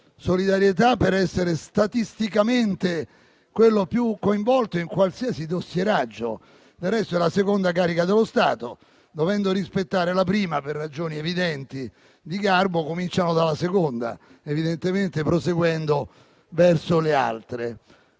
solidarietà per essere, statisticamente, il soggetto più coinvolto in qualsiasi dossieraggio. Del resto, è la seconda carica dello Stato e, dovendo rispettare la prima, per ragioni evidenti di garbo, cominciano dalla seconda, evidentemente proseguendo verso le altre.